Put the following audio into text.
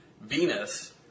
Venus